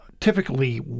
typically